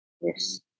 Yes